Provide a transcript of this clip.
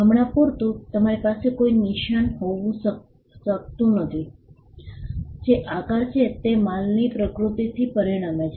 હમણાં પૂરતું તમારી પાસે કોઈ નિશાન હોઇ શકતું નથી જે આકાર છે જે માલની પ્રકૃતિથી પરિણમે છે